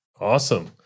Awesome